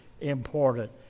important